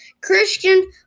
Christian